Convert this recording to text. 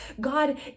God